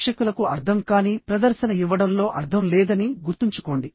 ప్రేక్షకులకు అర్థం కాని ప్రదర్శన ఇవ్వడంలో అర్థం లేదని గుర్తుంచుకోండి